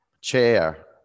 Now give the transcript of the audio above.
chair